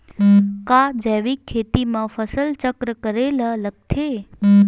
का जैविक खेती म फसल चक्र करे ल लगथे?